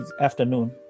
afternoon